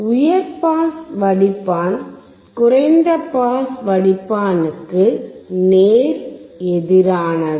உயர் பாஸ் வடிப்பான் குறைந்த பாஸ் வடிப்பானுக்கு நேர் எதிரானது